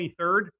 23rd